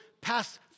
pass